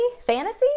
fantasy